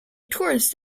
tourist